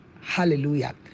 Hallelujah